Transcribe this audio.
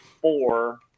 four